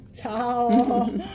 Ciao